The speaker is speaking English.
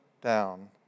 down